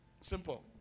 Simple